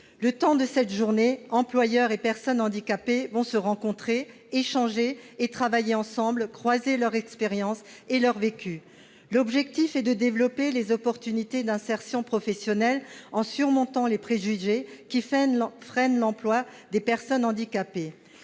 Le temps de cette journée, employeurs et personnes handicapées vont se rencontrer, échanger et travailler ensemble, croiser leurs expériences et leur vécu. L'objectif est de développer les opportunités d'insertion professionnelle en surmontant les préjugés qui freinent l'emploi des personnes handicapées.